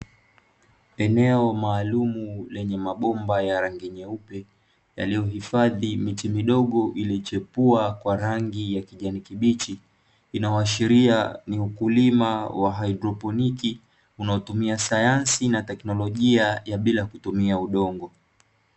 Eneo maalumu lenye mabomba ya rangi nyeupe, yaliyohifadhi miche midogo iliyochepua kwa rangi ya kijani kibichi, inayoashiria ni ukulima wa haidroponi unaotumia sayansi na teknolojia ya bila kutumia udongo.